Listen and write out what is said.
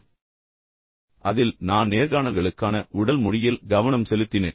முந்தைய சொற்பொழிவில் நான் நேர்காணல்களுக்கான உடல் மொழியில் கவனம் செலுத்தினேன்